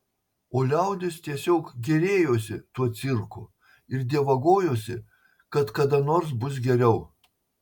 o liaudis tiesiog gėrėjosi tuo cirku ir dievagojosi kad kada nors bus geriau